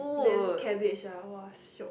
then cabbages uh !wah! shiok